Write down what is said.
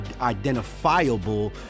identifiable